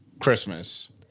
Christmas